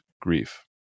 grief